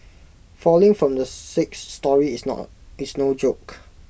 falling from the sixth storey is not is no joke